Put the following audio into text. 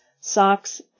socks